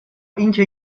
اینکه